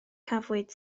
cafwyd